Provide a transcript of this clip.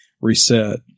reset